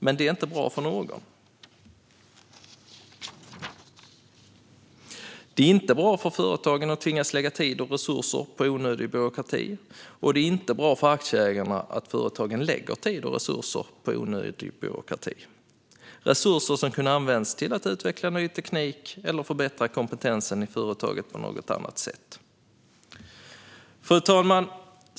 Men det är inte bra för någon. Det är inte bra för företagen att tvingas lägga tid och resurser på onödig byråkrati, och det är inte bra för aktieägarna att företagen lägger tid och resurser på onödig byråkrati. Det handlar om resurser som kunde använts till att utveckla ny teknik eller förbättra kompetensen i företaget på något annat sätt. Fru talman!